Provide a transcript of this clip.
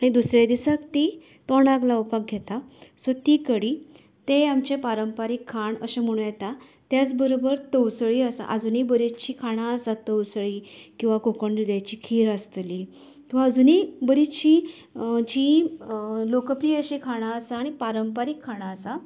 आनी दुसरें दिसाक ती तोंडाक लावपाक घेता सो ती कडी तें आमचे पारंपारीक खाण अशें म्हणू येता त्याच बरोबर तवसळी आसात आजूनी बरीचशीं खाणां आसात तवसळीं किंवां कोकण दुदयाची खीर आसतली किंवां आजूनी बरीचशीं जी लोकप्रिय अशीं खाणां आसात आनी पारंपारीक खाणां आसात